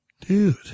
dude